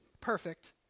perfect